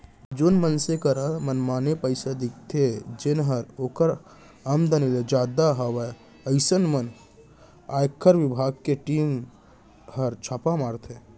जेन मनसे करा मनमाने पइसा दिखथे जेनहर ओकर आमदनी ले जादा हवय अइसन म आयकर बिभाग के टीम हर छापा मारथे